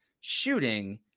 shooting